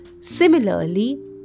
similarly